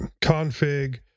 config